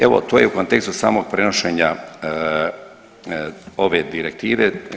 Evo to je u kontekstu samog prenošenja ove direktive.